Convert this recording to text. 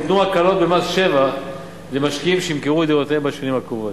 ניתנו הקלות במס שבח למשקיעים שימכרו את דירותיהם בשנים הקרובות.